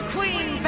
Queen